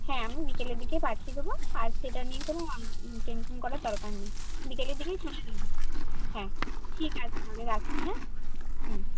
হ্যাঁ আমি বিকেলের দিকে পাঠিয়ে দেবো আর সেটা নিয়ে কোনো আম টেনশান করার দরকার নেই বিকেলের দিকেই চলে যাবে হ্যাঁ ঠিক আছে তাহলে রাখছি হ্যাঁ হুম